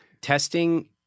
testing